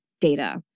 data